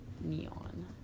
Neon